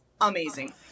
amazing